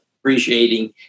appreciating